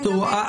ברור.